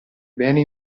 bene